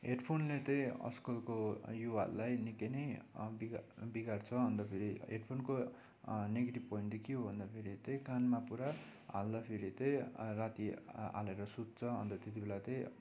हेडफोनले चाहिँ आजकलको युवाहरूलाई निकै नै अँ बिग बिगार्छ अन्तखेरि हेडफोनको अँ नेगेटिभ पोइन्ट चाहिँ के हो भन्दाखेरि चाहिँ कानमा पुरा हाल्दा फेरि चाहिँ राति हा हालेर सुत्छ अन्त त्यति बेला चाहिँ